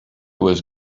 was